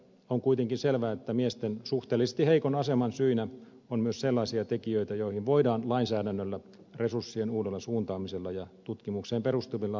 on kuitenkin selvää että miesten suhteellisesti heikon aseman syinä on myös sellaisia tekijöitä joihin voidaan lainsäädännöllä resurssien uudella suuntaamisella ja tutkimukseen perustuvilla toimenpideohjelmilla vaikuttaa